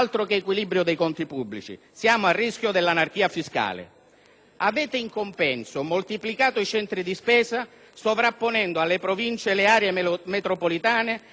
In compenso avete moltiplicato i centri di spesa sovrapponendo alle Province le aree metropolitane, anch'esse con il potere di mettere le mani nelle tasche dei cittadini.